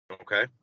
Okay